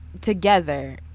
together